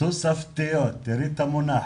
תוספתיות, תראי את המונח.